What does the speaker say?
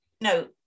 No